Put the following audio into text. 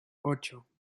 ocho